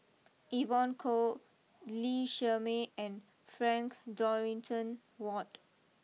Evon Kow Lee Shermay and Frank Dorrington Ward